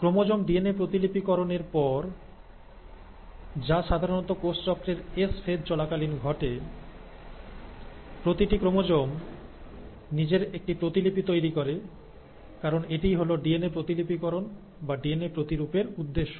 chromosome D N A প্রতিলিপিকরণ এর পর যা সাধারণত কোষ চক্রের এস ফেজ চলাকালীন ঘটে প্রতিটি ক্রোমোজোম নিজের একটি প্রতিলিপি তৈরি করে কারণ এটিই হল ডিএনএ প্রতিলিপিকরণ বা ডিএনএ প্রতিরূপ এর উদ্দেশ্য